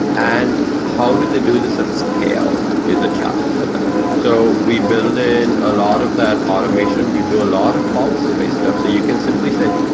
and how did they do this at scale is a challenge for them. so we build in a lot of that automation. we do a lot of policy-based stuff. so you can simply say,